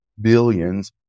Billions